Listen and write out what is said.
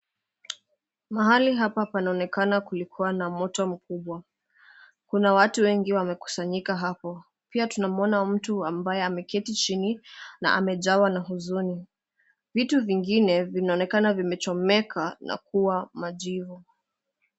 Mahali hapa panaonekana kulikuwa na moto mkubwa kuna watu wengi wamekusanyika hapo pia tunamwona mtu ambaye ameketi chini na amejawa na huzuni mwingine. Vitu vingine vinaonekana vimechomeka na kuwa majivu.